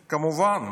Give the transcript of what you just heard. כמובן.